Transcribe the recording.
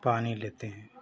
पानी लेते हैं